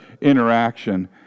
interaction